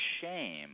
shame